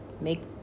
make